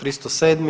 307.